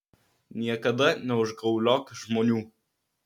niekada neužgauliok žmonių